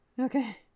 Okay